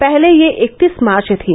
पहले यह इकतीस मार्च थी